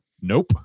nope